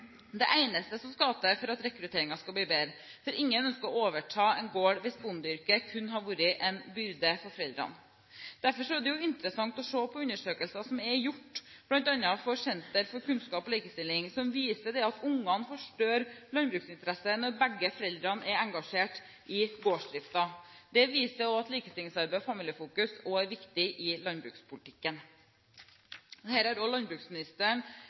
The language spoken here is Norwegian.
det eneste som må til for at rekrutteringen skal bli bedre, for ingen ønsker å overta en gård hvis bondeyrket kun har vært en byrde for foreldrene. Derfor er det interessant å se på undersøkelser som er gjort, bl.a. for Senter for kunnskap og likestilling, som viser at ungene får større landbruksinteresse når begge foreldrene er engasjert i gårdsdriften. Det viser at likestillingsarbeid og familiefokus er viktig i landbrukspolitikken. Her har også landbruksministeren vært flink og framhevet kvinner som nøkkelen til matsikkerhet og